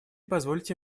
позвольте